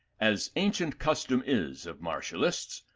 as ancient custom is of martialists,